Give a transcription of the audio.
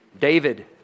David